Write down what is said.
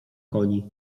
koni